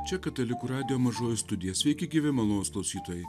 čia katalikų radijo mažoji studija sveiki gyvi malonūs klausytojai